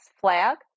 flag